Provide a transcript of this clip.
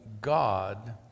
God